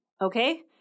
Okay